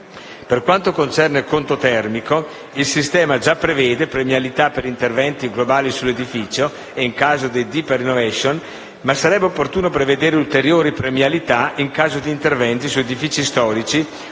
Per quanto concerne il conto termico, il sistema già prevede premialità per interventi globali sull'edificio e in caso di *deep innovation*, ma sarebbe opportuno prevedere ulteriori premialità in caso di interventi su edifici storici